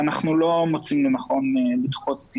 ואנחנו לא מוצאים לנכון לדחות את יישומו.